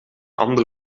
ander